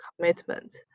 commitment